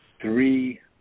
three